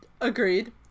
agreed